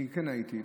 אני כן הייתי,